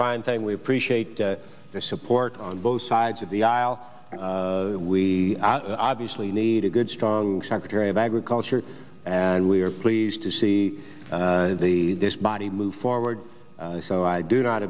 fine thing we appreciate the support on both sides of the aisle we obviously need a good strong secretary of agriculture and we are pleased to see this body move forward so i do not